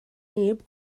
neb